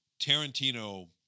Tarantino